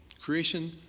Creation